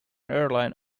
airline